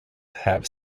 have